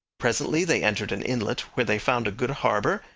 presently they entered an inlet where they found a good harbour,